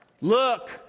Look